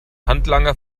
handlanger